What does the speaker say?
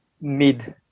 mid